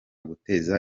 guteza